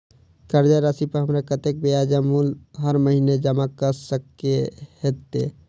कर्जा राशि पर हमरा कत्तेक ब्याज आ मूल हर महीने जमा करऽ कऽ हेतै?